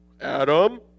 Adam